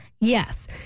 Yes